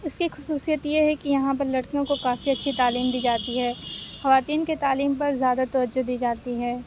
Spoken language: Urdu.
اِس کی خصوصیت یہ ہے کہ یہاں پہ لڑکیوں کو کافی اچھی تعلیم دی جاتی ہے خواتین کے تعلیم پر زیادہ توجہ دی جاتی ہے